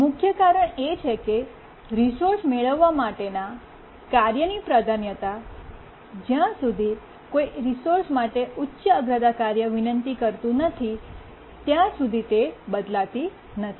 મુખ્ય કારણ એ છે કે રિસોર્સ મેળવવા માટેના કાર્યની પ્રાધાન્યતા જ્યાં સુધી કોઈ રિસોર્સ માટે ઉચ્ચ અગ્રતા કાર્ય વિનંતી કરતું નથી ત્યાં સુધી તે બદલાતી નથી